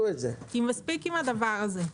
מספיק עם הדבר הזה.